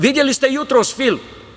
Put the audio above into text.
Videli ste jutros film.